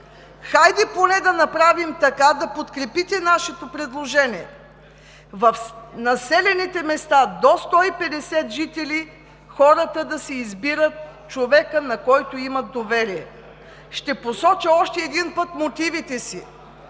Хайде поне да направим така, да подкрепите нашето предложение – в населените места до 150 жители хората да си избират човека, на който имат доверие. Ще посоча още веднъж мотивите си.